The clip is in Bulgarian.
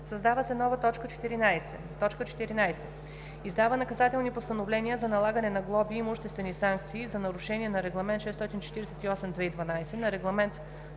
създава се нова т. 14: „14. издава наказателни постановления за налагане на глоби и имуществени санкции за нарушения на Регламент 648/2012, на Регламент